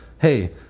hey